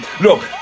Look